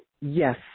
yes